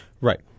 Right